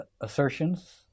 assertions